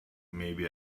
maybe